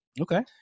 Okay